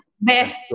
best